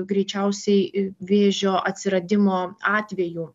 greičiausiai vėžio atsiradimo atvejų